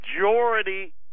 majority